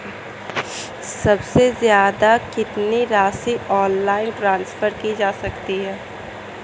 सबसे ज़्यादा कितनी राशि ऑनलाइन ट्रांसफर की जा सकती है?